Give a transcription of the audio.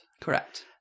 Correct